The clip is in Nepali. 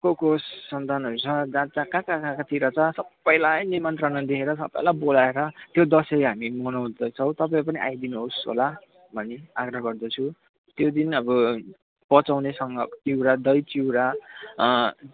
को को सन्तानहरू छ जहाँ जहाँ कहाँ कहाँ कहाँतिर छ सबैलाई निमन्त्रणा दिएर सबैलाई बोलाएर यो दसैँ हामी मनाउँदैछौँ तपाईँ पनि आइदिनुहोस् होला भनी आग्रह गर्दछु त्यो दिन अब पचाउनीसँग चिउरा दही चिउरा